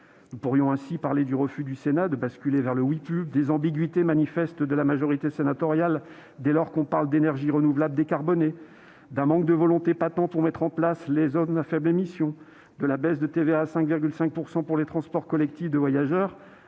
Nous pourrions ainsi évoquer le refus du Sénat de basculer vers le dispositif du « Oui pub », les ambiguïtés manifestes de la majorité sénatoriale dès lors que l'on parle d'énergies renouvelables décarbonées, le manque de volonté patent pour mettre en place les zones à faibles émissions (ZFE), la baisse de TVA à 5,5 % pour les transports collectifs de voyageurs